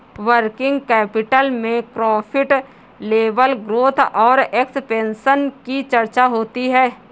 working capital में profit level growth और expansion की चर्चा होती है